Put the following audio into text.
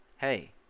Hey